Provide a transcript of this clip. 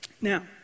Now